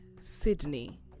Sydney